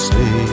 Say